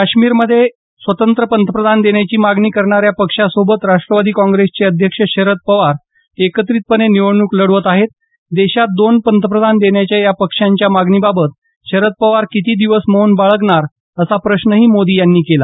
काश्मीरमध्ये स्वतंत्र पंतप्रधान देण्याची मागणी करणाऱ्या पक्षासोबत राष्ट्रवादी काँग्रेस पक्षाचे अध्यक्ष शरद पवार एकत्रितपणे निवडणूक लढवत आहेत देशात दोन पंतप्रधान देण्याच्या या पक्षांच्या मागणीबाबत शरद पवार किती दिवस मौन बाळगणार असा प्रश्नही मोदी यांनी केला